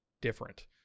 different